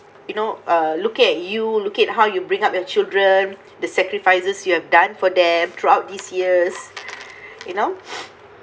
you know uh looking at you look it how you bring up your children the sacrifices you have done for them throughout these years you know